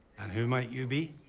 and who might you be?